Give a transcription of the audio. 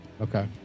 Okay